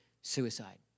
suicide